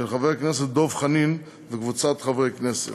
של חבר הכנסת דב חנין וקבוצת חברי הכנסת.